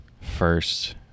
first